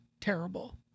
terrible